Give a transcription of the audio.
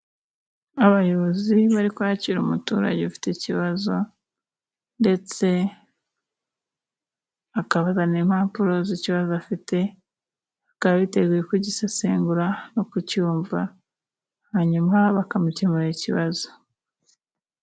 Abayobozi bari kwakira umuturage ufite ikibazo, ndetse akavugana impapuro z'ikibazo afite, akaba biteguye kugisesengura no kucyumva hanyuma bakamukemurarira ikibazo.